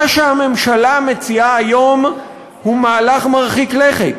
מה שהממשלה מציעה היום הוא מהלך מרחיק לכת.